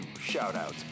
shout-outs